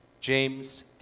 James